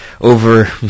over